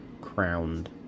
crowned